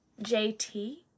JT